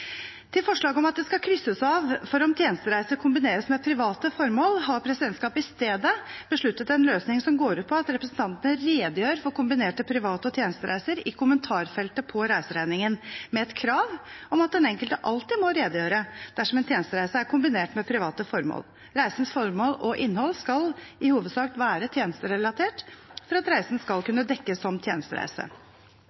Til forslaget om at det skal krysses av for om tjenestereiser kombineres med private formål, har presidentskapet i stedet besluttet en løsning som går ut på at representantene redegjør for kombinerte privat- og tjenestereiser i kommentarfeltet på reiseregningen, med et krav om at den enkelte alltid må redegjøre for det dersom en tjenestereise er kombinert med private forhold. Reisens formål og innhold skal i hovedsak være tjenesterelatert for at reisen skal